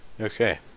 Okay